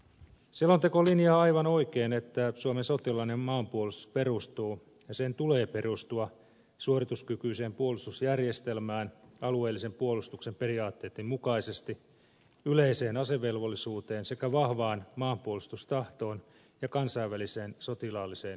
selonteko linjaa aivan oikein että suomen sotilaallinen maanpuolustus perustuu ja sen tulee perustua suorituskykyiseen puolustusjärjestelmään alueellisen puolustuksen periaatteitten mukaisesti yleiseen asevelvollisuuteen sekä vahvaan maanpuolustustahtoon ja kansainväliseen sotilaalliseen yhteistyöhön